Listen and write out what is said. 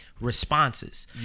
responses